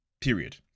period